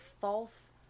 false